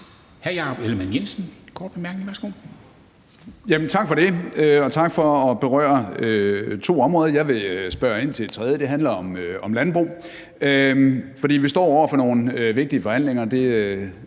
Jakob Ellemann-Jensen (V): Tak for det, og tak for at berøre de to områder. Jeg vil spørge ind til et tredje. Det handler om landbrug. Vi står over for nogle vigtige forhandlinger,